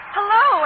Hello